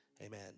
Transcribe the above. Amen